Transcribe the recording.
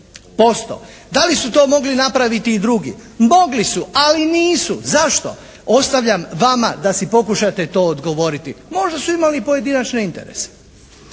Da li su to mogli napraviti i drugi? Mogli su, ali nisu. Zašto? Ostavljam vama da si pokušate to odgovoriti. Možda su imali pojedinačne interese.